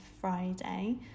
Friday